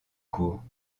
cours